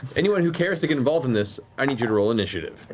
anyone who cares to get involved in this, i need you to roll initiative.